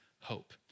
hope